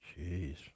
Jeez